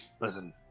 Listen